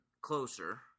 Closer